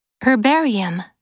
Herbarium